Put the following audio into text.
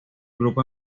grupo